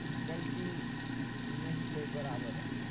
गलती नहिके बराबर रहय